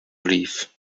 leave